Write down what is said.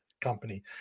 company